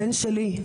הבן שלי,